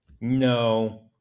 no